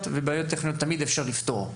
טכניות למרות שבעיות טכניות תמיד אפשר לפתור.